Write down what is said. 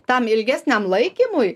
tam ilgesniam laikymui